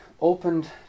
opened